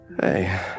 Hey